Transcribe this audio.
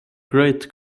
great